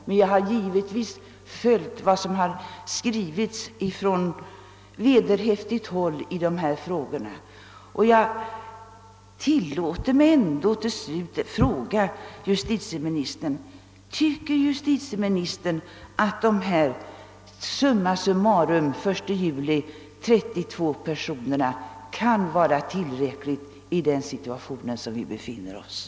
Jag har dock givetvis följt vad som skrivits på vederhäftigt håll i dessa frågor. Jag tilllåter mig ändå till slut att fråga justitieministern: Tycker justitieministern att dessa den 1 juli summa summarum 32 personer kan vara ett tillräckligt antal i den situationen som vi befinner oss i?